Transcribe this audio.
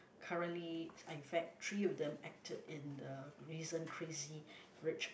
currently in fact three of them acted in the recent Crazy-Rich